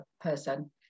person